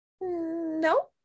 no